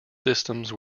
systems